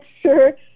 sure